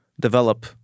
develop